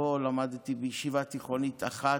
שבו למדתי בישיבה תיכונית אחת.